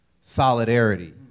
solidarity